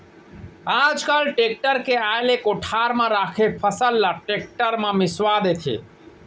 आज काल टेक्टर के आए ले कोठार म राखे फसल ल टेक्टर म मिंसवा देथे